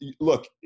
look